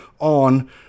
on